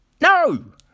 no